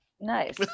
Nice